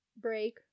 break